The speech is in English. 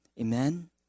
Amen